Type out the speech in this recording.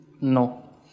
No